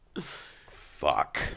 fuck